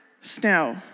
snow